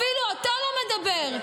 אפילו אתה לא מדבר?